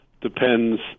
depends